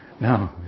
No